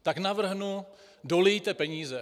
Tak navrhnu: Dolijte peníze.